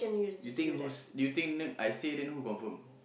you think whose you think then I say then who confirm